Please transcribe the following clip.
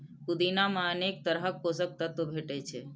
पुदीना मे अनेक तरहक पोषक तत्व भेटै छै